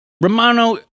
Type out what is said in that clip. Romano